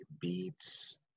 beats